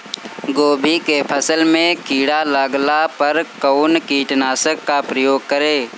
गोभी के फसल मे किड़ा लागला पर कउन कीटनाशक का प्रयोग करे?